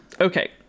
Okay